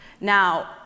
now